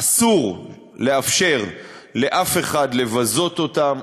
אסור לאפשר לבזות אותם,